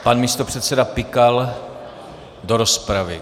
Pan místopředseda Pikal do rozpravy.